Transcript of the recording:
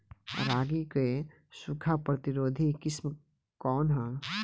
रागी क सूखा प्रतिरोधी किस्म कौन ह?